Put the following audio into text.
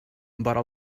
vora